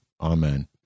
Amen